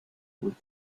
with